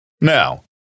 Now